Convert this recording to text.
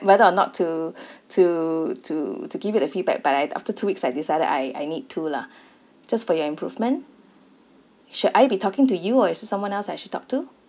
whether or not to to to to give it a feedback but I after two weeks I decided I I need to lah just for your improvement should I be talking to you or is there someone else I should talk to